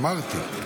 אמרתי.